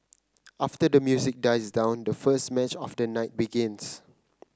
after the music dies down the first match of the night begins